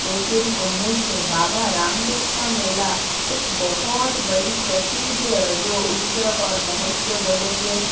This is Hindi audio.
लेकिन उनमें से बाबा रामदेव का मेला एक बहुत बड़ी प्रसिद्ध जो उत्सव और महोत्सव बोलेंगे